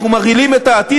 אנחנו מרעילים את העתיד.